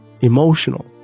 emotional